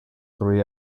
three